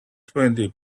twenty